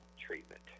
treatment